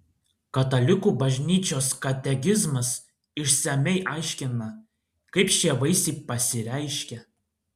katalikų bažnyčios katekizmas išsamiai aiškina kaip šie vaisiai pasireiškia